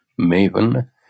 maven